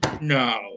No